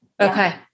Okay